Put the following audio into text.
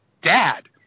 dad